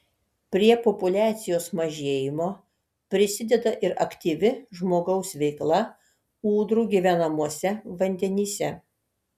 prie populiacijos mažėjimo prisideda ir aktyvi žmogaus veikla ūdrų gyvenamuose vandenyse